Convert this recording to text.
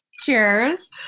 Cheers